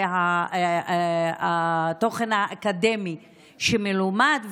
התוכן האקדמי שנלמד,